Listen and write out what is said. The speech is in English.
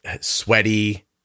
sweaty